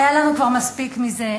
היה לנו כבר מספיק מזה.